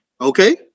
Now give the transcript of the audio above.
Okay